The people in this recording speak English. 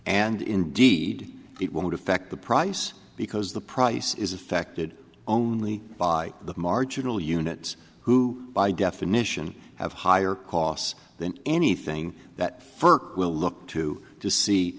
and indeed it won't affect the price because the price is affected only by the marginal units who by definition have higher costs than anything that ferk will look to